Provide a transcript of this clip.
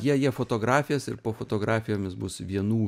jie jie fotografijas ir po fotografijomis bus vienų